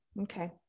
Okay